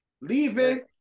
leaving